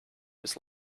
was